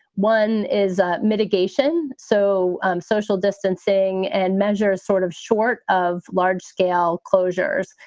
one is mitigation. so social distancing and measures sort of short of large scale closures,